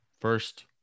First